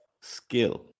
skill